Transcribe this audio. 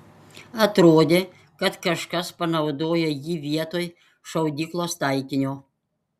atrodė kad kažkas panaudojo jį vietoj šaudyklos taikinio